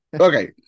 okay